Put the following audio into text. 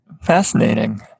fascinating